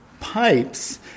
pipes